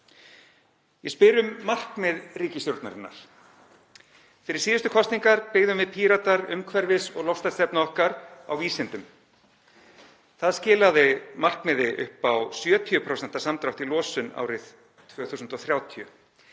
Ég spyr um markmið ríkisstjórnarinnar. Fyrir síðustu kosningar byggðum við Píratar umhverfis- og loftslagsstefnu okkar á vísindum. Það skilaði markmiði upp á 70% samdrátt í losun árið 2030.